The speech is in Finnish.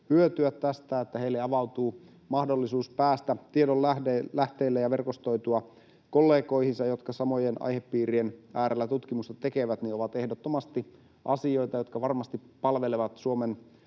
hyötyä tästä, että heille avautuu mahdollisuus päästä tiedon lähteille ja verkostoitua kollegoihinsa, jotka samojen aihepiirien äärellä tutkimusta tekevät — on ehdottomasti asia, joka varmasti palvelee Suomen